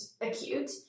acute